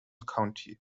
county